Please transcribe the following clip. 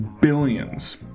Billions